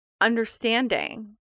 understanding